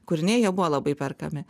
kūriniai jie buvo labai perkami